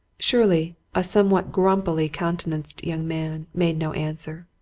shirley, a somewhat grumpy-countenanced young man, made no answer.